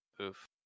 Oof